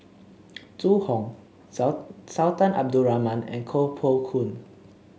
Zhu Hong Sultan Abdul Rahman and Koh Poh Koon